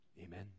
amen